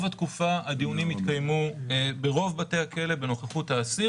התקופה הדיונים התקיימו ברוב בתי הכלא בנוכחות האסיר.